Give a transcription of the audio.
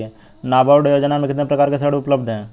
नाबार्ड योजना में कितने प्रकार के ऋण उपलब्ध हैं?